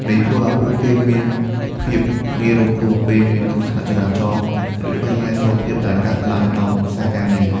នេះធ្វើឱ្យពួកគេមានភាពងាយរងគ្រោះពេលមានគ្រោះថ្នាក់ចរាចរណ៍ ឬបញ្ហាសុខភាពដែលកើតឡើងដោយសារការងារ។